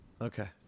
okay